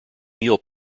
meal